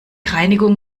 reinigung